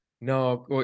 no